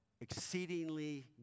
exceedingly